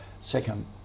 second